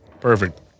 Perfect